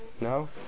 No